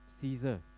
Caesar